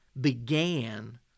began